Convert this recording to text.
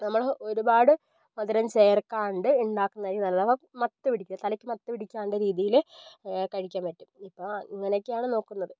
നമ്മള് ഒരുപാട് മധുരം ചേർക്കാണ്ട് ഉണ്ടാക്കുന്നതായിരിക്കും നല്ലത് അപ്പം മത്ത് പിടിക്കുക തലയ്ക്ക് മത്തി പിടിക്കാണ്ട് രീതിയില് കഴിക്കാൻ പറ്റും അപ്പോൾ ഇങ്ങനെയൊക്കെയാണ് നോക്കുന്നത്